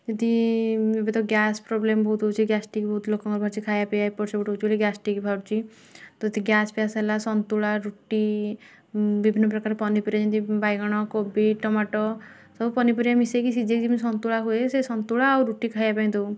ଯଦି ଏବେ ତ ଗ୍ୟାସ ପ୍ରୋବ୍ଲେମ ଭୋଉତୁ ହଉଛି ଗ୍ୟାସଟିକ ଭୋଉତୁ ଲୋକଙ୍କର ବାହାରୁଛି ଖାଇବା ପିଇବା ଏପଟ ସେପଟ ହଉଛି ବୋଲି ଗ୍ୟାସଟିକ ବାହାରୁଛି ତ ଯଦି ଗ୍ୟାସ ଫ୍ୟାସ ହେଲା ସନ୍ତୁଳା ରୁଟି ବିଭିନ୍ନ ପ୍ରକାର ପନିପରିବା ଯେମିତି ବାଇଗଣ କୋବି ଟମାଟୋ ସବୁ ପନିପରିବା ମିଶେଇକି ସିଜେଇକି ଯେମିତି ସନ୍ତୁଳା ହୁଏ ସେ ସନ୍ତୁଳା ଆଉ ରୁଟି ଖାଇବା ପାଇଁ ଦଉ